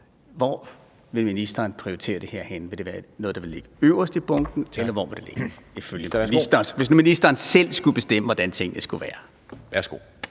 Hvordan vil ministeren prioritere det her? Vil det være noget, der vil ligge øverst i bunken, eller hvor vil det ligge, hvis nu ministeren selv skulle bestemme, hvordan tingene skulle være?